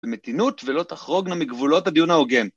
ומתינות ולא תחרוגנה מגבולות הדיון ההוגן.